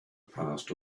past